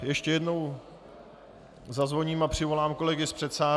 Ještě jednou zazvoním a přivolám kolegy z předsálí.